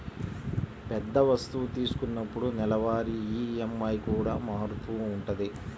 పెద్ద వస్తువు తీసుకున్నప్పుడు నెలవారీ ఈఎంఐ కూడా మారుతూ ఉంటది